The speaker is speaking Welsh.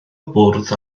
bwrdd